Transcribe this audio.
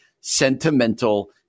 sentimental